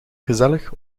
gezellig